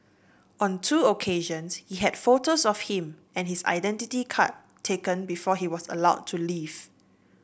on two occasions he had photos of him and his identity card taken before he was allowed to leave